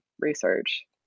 research